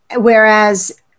Whereas